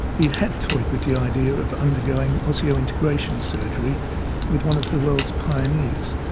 he had toyed with the idea of undergoing osseointegration surgery with one of the world's pioneers,